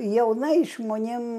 jaunais žmonėm